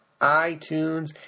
iTunes